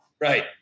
Right